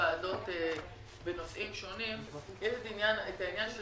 בוועדות בנושאים שונים יש את העניין של